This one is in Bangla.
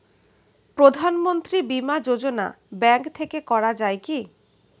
প্রধানমন্ত্রী বিমা যোজনা ব্যাংক থেকে করা যায় কি?